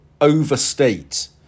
overstate